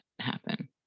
happen